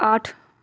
آٹھ